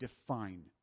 define